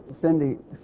Cindy